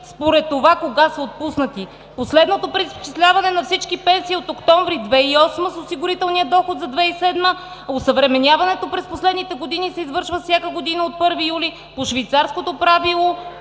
според това кога са отпуснати. Последното преизчисляване на всички пенсии е от октомври 2008 г. с осигурителния доход за 2007 г. Осъвременяването през последните години се извършва всяка година от 1 юли по Швейцарското правило